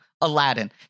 aladdin